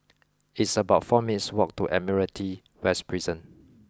it's about four minutes' walk to Admiralty West Prison